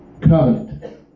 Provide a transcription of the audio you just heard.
Covenant